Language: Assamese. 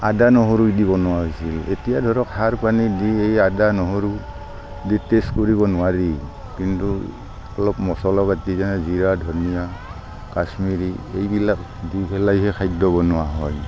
আদা নহৰু দিব নোৱাৰিছিল এতিয়া ধৰক সাৰ পানী দি এই আদা নহৰু যি টেষ্ট কৰিব নোৱাৰি কিন্তু অলপ মছলা পাতি যেনে জিৰা ধনিয়া কাশ্মিৰী এইবিলাক দি পেলাইহে খাদ্য বনোৱা হয়